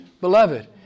Beloved